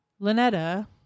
Lynetta